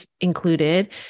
included